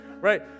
Right